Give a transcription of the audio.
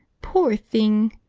poor think!